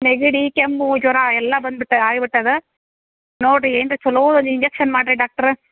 ನೆಗಡಿ ಕೆಮ್ಮು ಜ್ವರ ಎಲ್ಲ ಬಂದ್ಬಿಟ್ಟು ಆಗ್ಬಿಟ್ಟದೆ ನೋಡಿರಿ ಏನು ರೀ ಚಲೋ ಆಗಿ ಇಂಜೆಕ್ಷನ್ ಮಾಡಿರಿ ಡಾಕ್ಟ್ರ